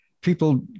people